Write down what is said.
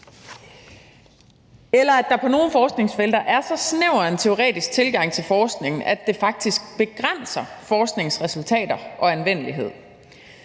eller at der på nogle forskningsfelter er så snæver en teoretisk tilgang til forskningen, at det faktisk begrænser forskningens resultater og anvendelighed.